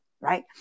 right